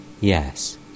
yes